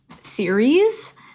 series